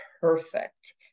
perfect